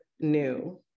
new